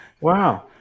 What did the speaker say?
Wow